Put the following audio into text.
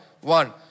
One